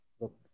look